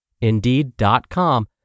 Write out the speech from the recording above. Indeed.com